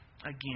again